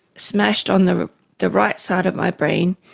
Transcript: smashed on the the right side of my brain,